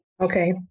Okay